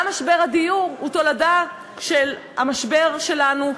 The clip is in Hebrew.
גם משבר הדיור הוא תולדה של המשבר שלנו בתחבורה.